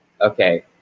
Okay